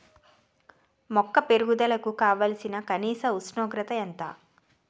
మొక్క పెరుగుదలకు కావాల్సిన కనీస ఉష్ణోగ్రత ఎంత?